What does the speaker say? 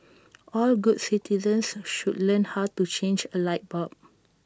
all good citizens should learn how to change A light bulb